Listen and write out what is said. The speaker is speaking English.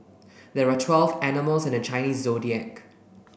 there are twelve animals in the Chinese Zodiac